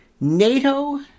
NATO